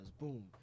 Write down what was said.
Boom